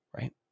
Right